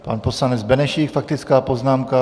Pan poslanec Benešík, faktická poznámka.